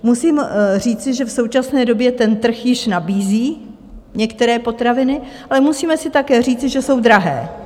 Musím říci, že v současně době trh již nabízí některé potraviny, ale musíme si také říci, že jsou drahé.